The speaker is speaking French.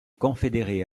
confédérés